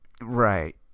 Right